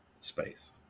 space